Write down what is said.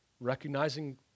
Recognizing